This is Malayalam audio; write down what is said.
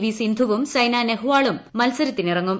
വി സിന്ധുവും സയ്ന നെഹ്വാളും മൽസരത്തിനിറങ്ങും